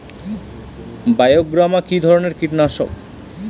বায়োগ্রামা কিধরনের কীটনাশক?